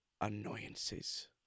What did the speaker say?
annoyances